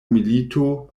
milito